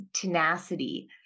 tenacity